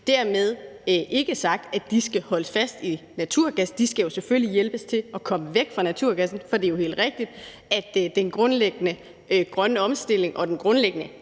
Dermed ikke sagt, at de skal holdes fast i naturgas, de skal jo selvfølgelig hjælpes til at komme væk fra naturgas. For det er jo helt rigtigt, at den grundlæggende grønne omstilling og den grundlæggende,